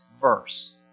verse